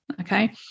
Okay